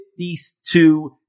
52